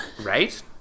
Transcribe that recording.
right